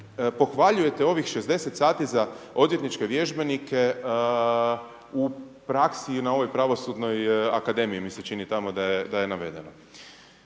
pohvaljujete ovih 60 sati za odvjetničke vježbenike u praksi i na ovoj Pravosudnoj akademiji mi se čini tamo da je navedeno.